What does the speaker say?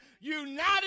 united